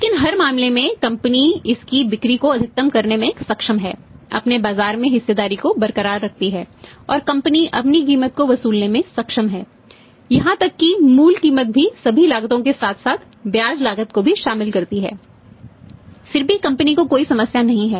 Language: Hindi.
लेकिन हर मामले में कंपनी इसकी बिक्री को अधिकतम करने में सक्षम है अपने बाजार में हिस्सेदारी को बरकरार रखती है और कंपनी अपनी कीमत को वसूलने में सक्षम है यहां तक कि मूल कीमत भी सभी लागतों के साथ साथ ब्याज लागत को भी शामिल करती है फिर भी कंपनी को कोई समस्या नहीं है